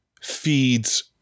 feeds